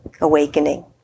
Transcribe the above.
awakening